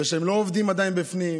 שהם לא עובדים עדיין בפנים,